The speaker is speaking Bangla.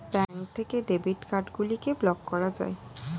ব্যাঙ্ক থেকে ডেবিট কার্ড গুলিকে ব্লক করা যায়